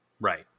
Right